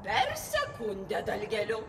per sekundę dalgeliu